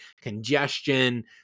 congestion